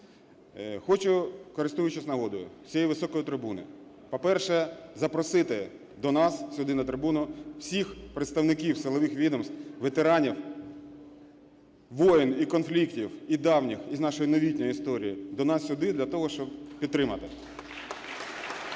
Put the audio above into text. Хочу, користуючись нагодою, з цієї високої трибуни, по-перше, запросити до нас сюди на трибуну всіх представників силових відомств, ветеранів воєн і конфліктів і давніх, і з нашої новітньої історії, до нас сюди для того, щоб підтримати. (Оплески)